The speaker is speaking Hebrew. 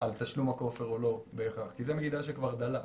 על תשלום הכופר או לא בהכרח, כי זה מידע שכבר דלף.